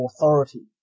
authority